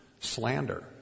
slander